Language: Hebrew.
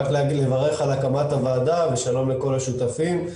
רק לברך על הקמת הוועדה ושלום לכל השותפים,